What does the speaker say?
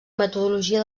metodologia